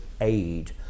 aid